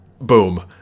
boom